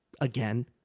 again